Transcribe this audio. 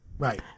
Right